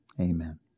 Amen